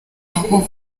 aho